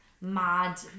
mad